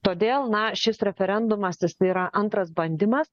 todėl na šis referendumas jisai yra antras bandymas